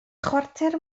chwarter